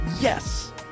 yes